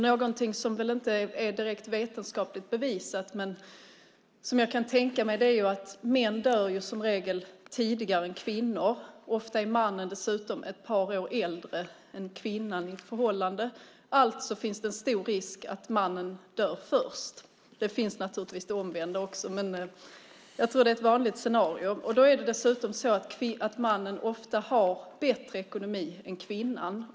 Någonting som inte är direkt vetenskapligt bevisat men som jag kan tänka mig är att män som regel dör tidigare än kvinnor. Ofta är mannen dessutom i ett förhållande ett par år äldre än kvinnan. Det finns alltså stor risk att mannen dör först. Det omvända finns naturligtvis också, men jag tror att det här är ett vanligt scenario. Dessutom har mannen ofta bättre ekonomi än kvinnan.